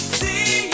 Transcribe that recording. see